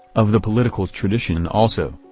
of the political tradition also.